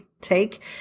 take